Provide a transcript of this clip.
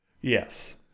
Yes